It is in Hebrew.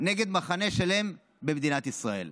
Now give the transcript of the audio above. נגד מחנה שלם במדינת ישראל.